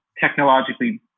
technologically